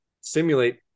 simulate